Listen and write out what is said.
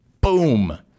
Boom